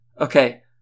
Okay